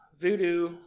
Voodoo